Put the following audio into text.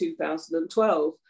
2012